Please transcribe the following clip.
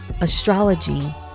astrology